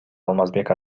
алмазбек